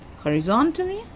horizontally